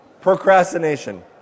Procrastination